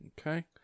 Okay